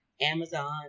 Amazon